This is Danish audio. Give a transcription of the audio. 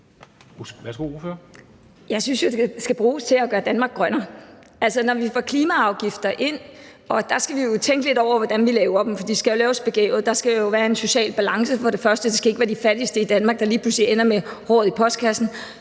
Jeg synes jo, de skal bruges til at gøre Danmark grønnere. Når vi får klimaafgifter ind, skal vi jo tænke lidt over, hvordan vi laver dem, for de skal laves begavet. Der skal jo være en social balance, og det skal ikke være de fattigste i Danmark, der lige pludselig ender med håret i postkassen.